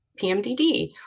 PMDD